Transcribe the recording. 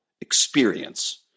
experience